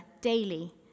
daily